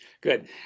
good